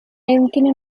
أيمكنني